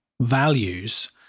values